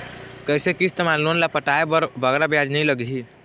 कइसे किस्त मा लोन ला पटाए बर बगरा ब्याज नहीं लगही?